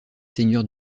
seigneurs